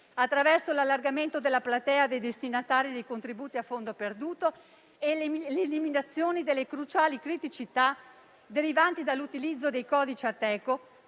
attraverso l'allargamento della platea dei destinatari dei contributi a fondo perduto e l'eliminazione delle cruciali criticità derivanti dall'utilizzo dei codici Ateco,